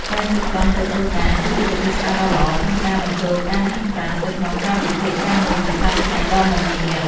ការជិះកង់ទៅធ្វើការ គឺជាវិធីសាស្រ្តដ៏ល្អក្នុងការបញ្ចូលការហាត់ប្រាណទៅក្នុងកាលវិភាគការងារប្រចាំថ្ងៃដ៏មមាញឹក។